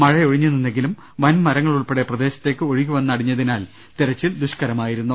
മഴയൊഴിഞ്ഞു നിന്നെങ്കിലും വൻ മരങ്ങൾ ഉൾപ്പെടെ പ്രദേശത്തേക്ക് ഒഴുകി വന്നടിഞ്ഞതിനാൽ തെരച്ചിൽ ദുഷ്കരമായിരുന്നു